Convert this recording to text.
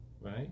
right